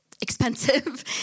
expensive